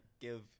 give